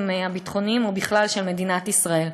ביטחוניים או בכלל של מדינת ישראל.